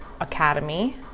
academy